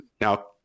Now